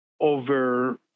over